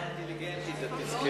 למה, את בחורה אינטליגנטית, את תזכרי.